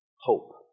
hope